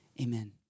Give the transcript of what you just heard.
Amen